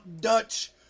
Dutch